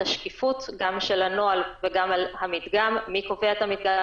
השקיפות גם של הנוהל וגם על המדגם: מי קובע את המדגם?